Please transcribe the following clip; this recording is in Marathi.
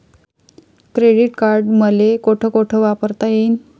क्रेडिट कार्ड मले कोठ कोठ वापरता येईन?